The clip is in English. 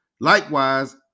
Likewise